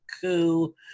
coup